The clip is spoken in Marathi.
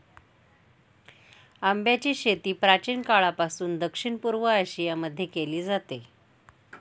आंब्याची शेती प्राचीन काळापासून दक्षिण पूर्व एशिया मध्ये केली जाते